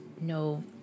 no